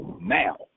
now